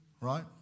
Right